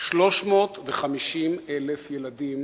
350,000 ילדים